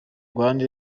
rwanda